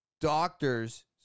doctors